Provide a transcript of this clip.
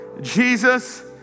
Jesus